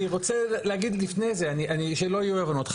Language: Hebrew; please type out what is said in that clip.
אני רוצה להגיד לפני זה, שלא יהיו אי הבנות.